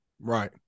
Right